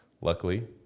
Luckily